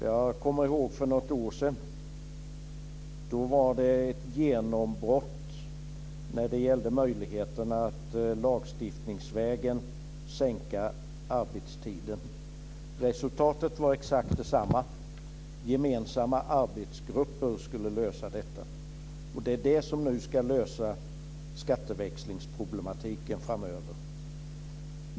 Jag kommer ihåg för något år sedan då det också beskrevs som ett genombrott när det gällde möjligheterna att lagstiftningsvägen sänka arbetstiden. Resultatet var exakt detsamma - gemensamma arbetsgrupper skulle lösa detta. Och det är nu detta som ska lösa skatteväxlingsproblematiken framöver.